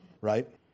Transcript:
right